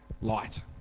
light